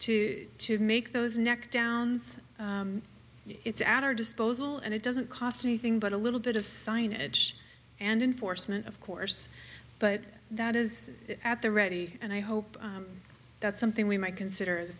canes to make those neck downs it's at our disposal and it doesn't cost anything but a little bit of signage and enforcement of course but that is at the ready and i hope that's something we might consider as a